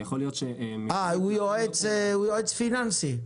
יכול להיות --- הוא יועץ פיננסי?